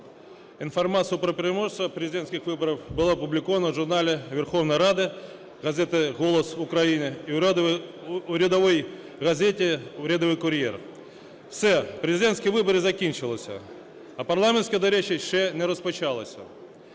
інформацію про переможця президентських виборів було опубліковано в журналі Верховної Ради, в газеті "Голос України", і в урядовій газеті "Урядовий кур'єр". Все, президентські вибори закінчились, а парламентські, до речі, ще не розпочалися.